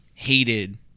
hated